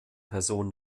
person